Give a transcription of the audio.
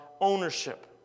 ownership